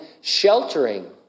sheltering